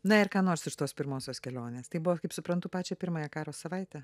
na ir ką nors iš tos pirmosios kelionės tai buvo kaip suprantu pačią pirmąją karo savaitę